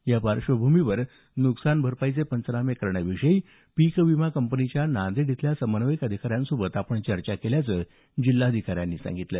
या पार्श्वभूमीवर नुकसान भरपाईचे पंचनामे करण्याविषयी पीक विमा कंपनीच्या नांदेड इथल्या समन्वयक अधिकाऱ्यांसोबत आपण चर्चा केल्याचं जिल्हाधिकाऱ्यांनी सांगितलं